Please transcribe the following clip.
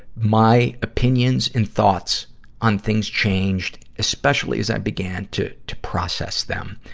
my opinions and thoughts on things changed, especially as i began to, to process them.